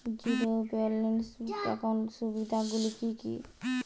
Zero balance একাউন্টের সুবিধা গুলি কি কি?